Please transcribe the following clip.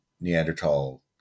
Neanderthal